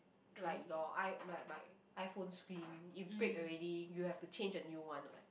like your I like my iPhone screen it break already you have to change a new one [what]